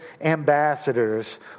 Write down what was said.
ambassadors